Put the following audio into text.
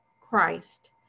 Christ